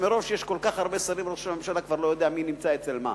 שמראש יש כל כך הרבה שרים שראש הממשלה כבר לא יודע מי נמצא אצל מה.